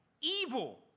evil